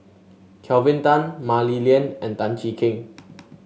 Kelvin Tan Mah Li Lian and Tan Cheng Kee